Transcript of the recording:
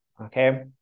okay